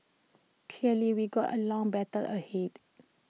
clearly we got A long battle ahead